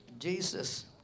Jesus